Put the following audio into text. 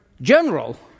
general